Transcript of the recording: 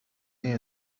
این